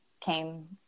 came